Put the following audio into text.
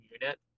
unit